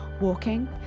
walking